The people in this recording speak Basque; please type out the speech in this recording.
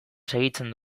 segitzen